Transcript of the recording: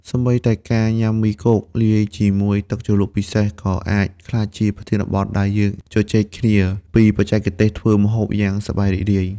សូម្បីតែការញ៉ាំមីគោក លាយជាមួយទឹកជ្រលក់ពិសេស ក៏អាចក្លាយជាប្រធានបទដែលយើងជជែកគ្នាពីបច្ចេកទេសធ្វើម្ហូបយ៉ាងសប្បាយរីករាយ។